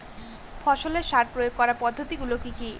ফসলের সার প্রয়োগ করার পদ্ধতি গুলো কি কি?